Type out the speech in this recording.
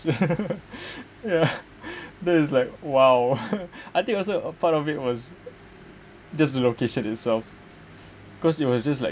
ya that is like !wow! I think also a part of it was just the location itself because it was just like